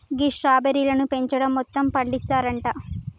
గీ స్ట్రాబెర్రీలను పెపంచం మొత్తం పండిస్తారంట